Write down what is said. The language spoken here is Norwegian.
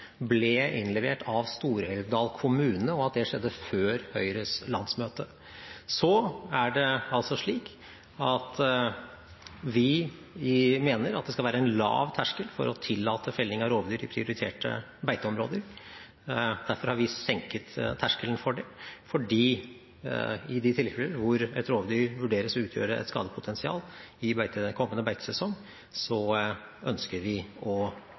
ble innlevert av Stor-Elvdal kommune, og at det skjedde før Høyres landsmøte. Det er altså slik at vi mener det skal være en lav terskel for å tillate felling av rovdyr i prioriterte beiteområder. Derfor har vi senket terskelen for det, fordi i de tilfeller hvor et rovdyr vurderes å utgjøre et skadepotensial i kommende beitesesong, ønsker vi å